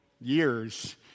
Years